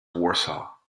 warsaw